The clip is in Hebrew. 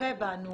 שצופה בנו